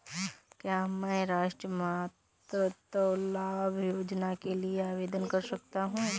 क्या मैं राष्ट्रीय मातृत्व लाभ योजना के लिए आवेदन कर सकता हूँ?